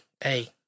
Hey